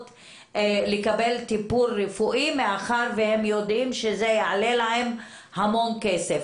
לקבל טיפול רפואי מאחר שהם יודעים שזה יעלה להם המון כסף.